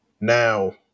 Now